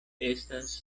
estas